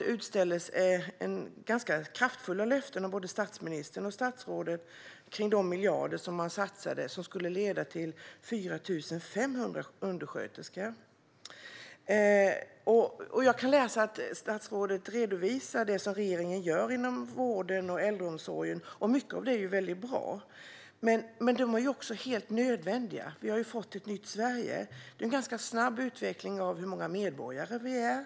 Det utställdes kraftfulla löften av både statsministern och statsrådet om de miljarder som satsades och som skulle leda till 4 500 undersköterskor. Statsrådet redovisar det som regeringen gör inom vården och äldreomsorgen, och mycket av detta är bra. Men det är helt nödvändigt, för vi har fått ett nytt Sverige. Det är en ganska snabb utveckling av hur många medborgare vi är.